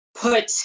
put